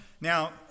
Now